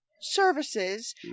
services